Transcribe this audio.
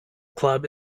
club